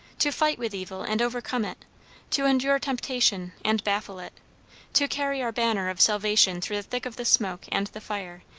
to fight with evil and overcome it to endure temptation, and baffle it to carry our banner of salvation through the thick of the smoke and the fire,